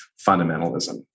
fundamentalism